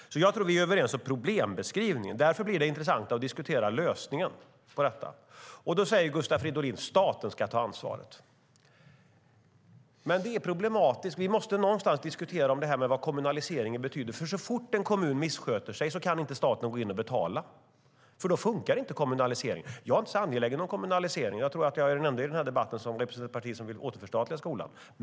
Jag tror att vi är överens om problembeskrivningen. Därför blir det intressanta att diskutera lösningen. Då säger Gustav Fridolin: Staten ska ta ansvaret. Men det är problematiskt. Vi måste någonstans diskutera detta vad kommunaliseringen betyder. Staten kan inte gå in och betala så fort en kommun missköter sig, för då funkar inte kommunaliseringen. Jag är inte så angelägen om kommunalisering och tror att jag är den enda i den här debatten som representerar ett parti som vill återförstatliga skolan.